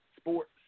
Sports